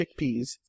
chickpeas